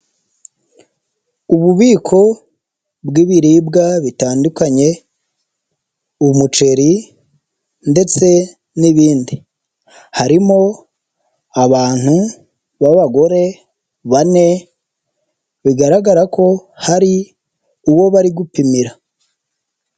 Ububiko bw'ibiribwa bitandukanye, umuceri ndetse n'ibindi. Harimo abantu b'abagore bane, bigaragara ko hari uwo bari gupimira.